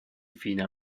infine